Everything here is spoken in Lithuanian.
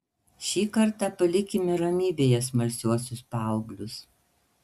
šį kartą palikime ramybėje smalsiuosius paauglius